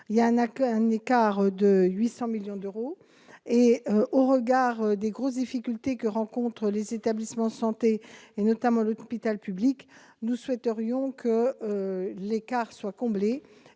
elles atteint 800 millions d'euros. Au regard des grandes difficultés que rencontrent les établissements de santé, notamment l'hôpital public, nous souhaitons que cet écart soit comblé